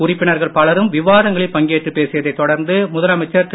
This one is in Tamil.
உறுப்பினர்கள் பலரும் விவாதங்களில் பங்கேற்று பேசியதை தொடர்ந்து முதலமைச்சர் திரு